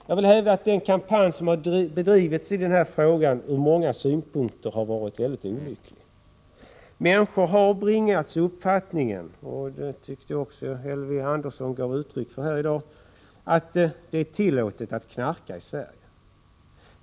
Jag vill hävda att den kampanj som har bedrivits i den här frågan har varit mycket olycklig ur många synpunkter. Människor har bibringats uppfattningen — och det tycker jag också att Elving Andersson gav uttryck för här i dag — att det skulle vara tillåtet att knarka i Sverige.